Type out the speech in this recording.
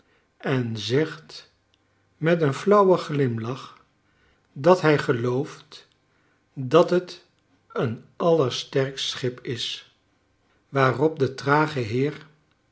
en zegt met een flauwen glimlach dat hi gelooft dat het een allersterkst schip is waarop de trage heer